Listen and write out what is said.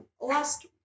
Last